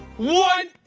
one.